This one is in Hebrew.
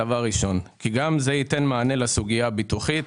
שזה גם ייתן מענה לסוגיה הביטוחית.